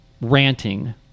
ranting